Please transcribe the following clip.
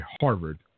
Harvard